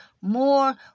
more